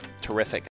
terrific